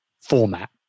format